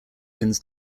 wins